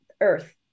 earth